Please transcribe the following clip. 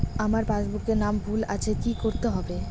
আমার পাসবুকে নাম ভুল আছে কি করতে হবে?